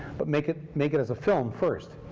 but make it make it as a film first.